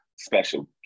special